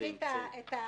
הישיבה נעולה.